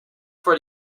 for